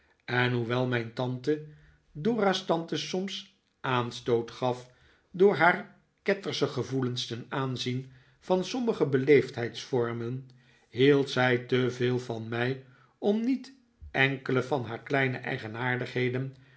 en hoewel mijn tante dora's tantes soms aanstoot gaf door haar kettersche gevoelens ten aanzien van sommige beleefdheidsvormen hield zij te veel van mij om niet enkele van haar kleine